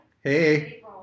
hey